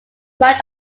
much